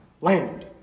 land